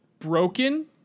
broken